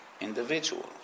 individual